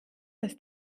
ist